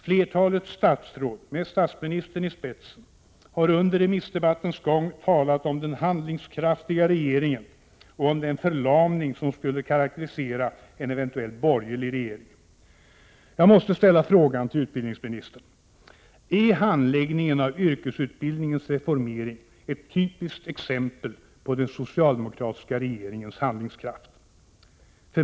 Flertalet statsråd med statsministern i spetsen har under remissdebattens gång talat om den handlingskraftiga regeringen och om den förlamning som skulle karakterisera en eventuell borgerlig regering. Jag måste ställa frågan tillutbildningsministern: Är handläggningen av yrkesutbildningens reformering ett typiskt exempel på den socialdemokratiska regeringens handlingskraft?